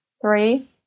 three